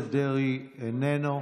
הכנסת דרעי איננו.